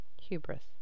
hubris